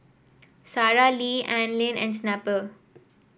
Sara Lee Anlene and Snapple